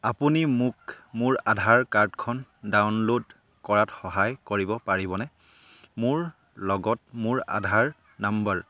আপুনি মোক মোৰ আধাৰ কাৰ্ডখন ডাউনল'ড কৰাত সহায় কৰিব পাৰিবনে মোৰ লগত মোৰ আধাৰ নম্বৰ